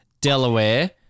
Delaware